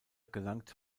gelangt